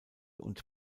und